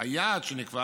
היעד שנקבע